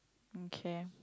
okay